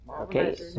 Okay